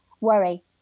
worry